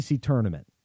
tournament